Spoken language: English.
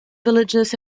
villages